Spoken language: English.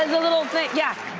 a little bling, yeah.